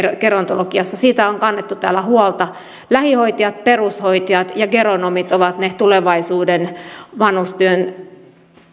gerontologiassa siitä on kannettu täällä huolta lähihoitajat perushoitajat ja geronomit ovat ne tulevaisuuden vanhustyön